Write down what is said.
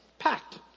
packed